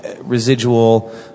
residual